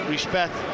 Respect